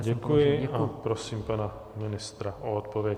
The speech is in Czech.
Děkuji a prosím pana ministra o odpověď.